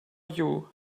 you